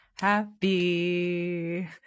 happy